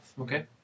Okay